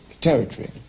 territory